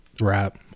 rap